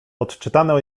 odczytano